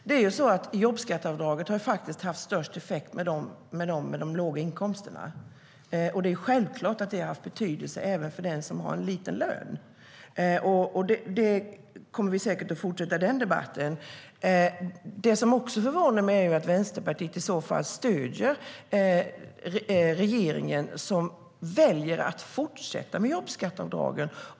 Herr talman! Jobbskatteavdraget har faktiskt haft störst effekt för dem med låga inkomster. Det är självklart att det har haft betydelse även för den som har en liten lön. Vi kommer säkert att fortsätta den debatten. Det som också förvånar mig är att Vänsterpartiet i så fall stöder regeringen, som väljer att fortsätta med jobbskatteavdragen.